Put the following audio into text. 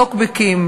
על טוקבקים,